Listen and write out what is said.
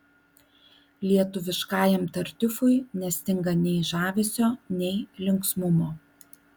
lietuviškajam tartiufui nestinga nei žavesio nei linksmumo